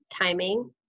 timing